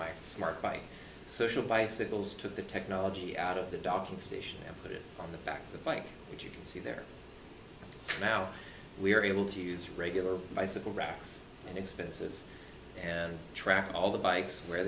s smart by social bicycles took the technology out of the docking station and put it on the back of the bike which you can see there now we're able to use regular bicycle racks and expensive and track all the bikes where